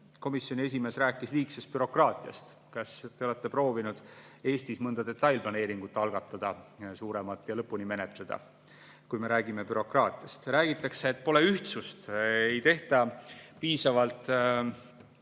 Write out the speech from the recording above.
Komisjoni esimees rääkis liigsest bürokraatiast. Kas te olete proovinud Eestis mõnda suuremat detailplaneeringut algatada ja lõpuni menetleda – kui me räägime bürokraatiast? Räägitakse, et pole ühtsust, ei tehta piisavalt